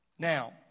Now